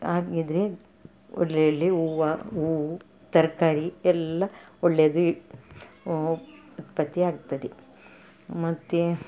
ಹಾಕಿದರೆ ಒಳ್ಳೆ ಒಳ್ಳೆ ಹೂವು ಹೂವು ತರಕಾರಿ ಎಲ್ಲ ಒಳ್ಳೆಯದು ಈ ಹೂ ಉತ್ಪತ್ತಿ ಆಗ್ತದೆ ಮತ್ತು